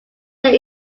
there